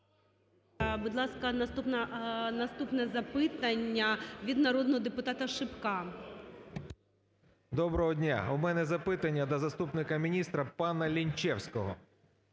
Будь ласка, наступне запитання від народного депутата Шипка. 10:47:19 ШИПКО А.Ф. Доброго дня. У мене запитання до заступника міністра пана Лінчевського.